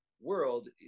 world